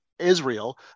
Israel